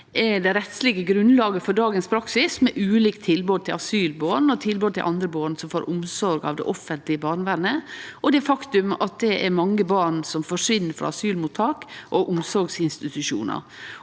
er det rettslege grunnlaget for dagens praksis med ulikt tilbod til asylbarn og til andre barn som får omsorg av det offentlege barnevernet, det faktum at mange barn forsvinn frå asylmottak og omsorgsinstitusjonar,